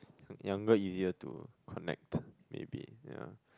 younger easier to connect maybe ya